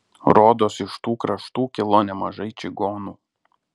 rodos iš tų kraštų kilo nemažai čigonų